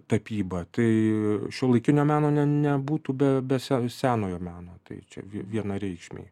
tapyba tai šiuolaikinio meno ne nebūtų be se senojo meno tai čia vie vienareikšmiai